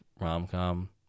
rom-com